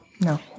No